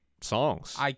songs